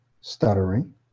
stuttering